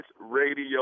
radio